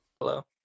hello